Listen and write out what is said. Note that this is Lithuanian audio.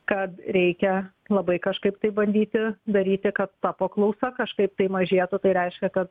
kad reikia labai kažkaip tai bandyti daryti kad ta paklausa kažkaip mažėtų tai reiškia kad